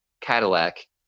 cadillac